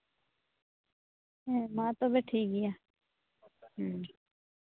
ᱦᱮᱸ ᱢᱟ ᱛᱚᱵᱮ ᱴᱷᱤᱠᱜᱮᱭᱟ ᱦᱩᱸ